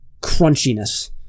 crunchiness